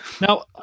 Now